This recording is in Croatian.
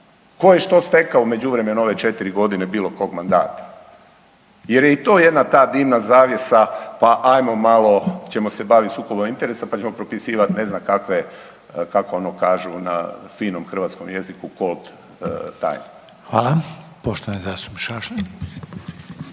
Tko je što stekao u međuvremenu u ove četiri godine bilo kog mandata? Jer je i to jedna ta dimna zavjesa, pa hajmo malo ćemo se bavit sukobom interesa, pa ćemo propisivati ne znam kakve kako ono kažu na finom hrvatskom jeziku …/Govornik se ne razumije./…